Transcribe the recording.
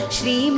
Shri